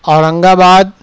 اورنگ آباد